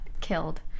killed